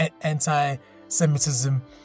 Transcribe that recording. anti-Semitism